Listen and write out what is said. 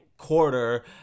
quarter